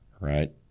Right